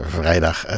vrijdag